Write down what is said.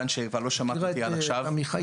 שמי עזרא